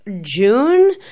June